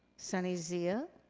sunny zia.